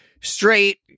straight